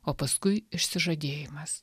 o paskui išsižadėjimas